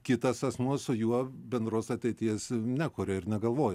kitas asmuo su juo bendros ateities nekuria ir negalvoja